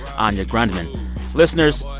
anya grundmann listeners,